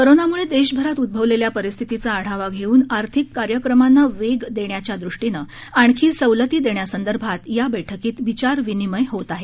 कोरोनामुळे देशभरात उड्रवलेल्या परिस्थितीचा आढावा घेऊन आर्थिक कार्यक्रमांना वेग देण्याच्या दृष्टीनं आणखी सवलती देण्यासंदर्भात या बैठकीत विचार विनिमय होत आहे